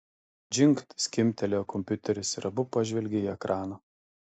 džingt skimbtelėjo kompiuteris ir abu pažvelgė į ekraną